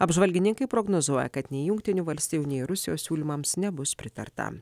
apžvalgininkai prognozuoja kad nei jungtinių valstijų nei rusijos siūlymams nebus pritarta